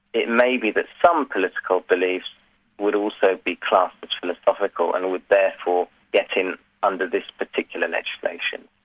it may be that some political beliefs would also be classed as philosophical, and would therefore get in under this particular legislation.